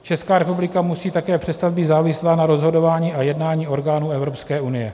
Česká republika musí také přestat být závislá na rozhodování a jednání orgánů Evropské unie.